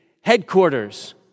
headquarters